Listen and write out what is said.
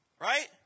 Right